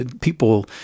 People